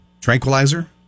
tranquilizer